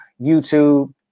YouTube